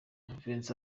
vincent